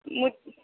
مجھ